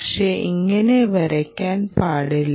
പക്ഷേ ഇങ്ങനെ വരയ്ക്കാൻ പാടില്ല